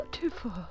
beautiful